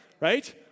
Right